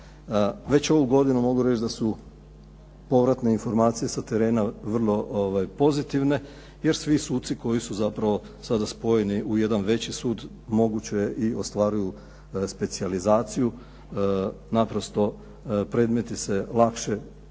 Već ovu godinu mogu reći da su povratne informacije sa terena vrlo pozitivne, jer svi suci koji su zapravo sada spojeni u jedan veći sud moguće i ostvaruju specijalizaciju. Naprosto predmeti se lakše, brže